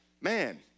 man